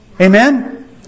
Amen